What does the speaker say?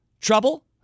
Trouble